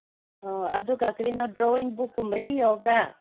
ꯑꯗꯨꯒ ꯀꯔꯤꯅꯣ ꯗ꯭ꯔꯣꯌꯤꯡ ꯕꯨꯛꯀꯨꯝꯕꯗꯤ ꯌꯥꯎꯕ꯭ꯔꯥ